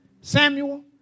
Samuel